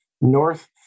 North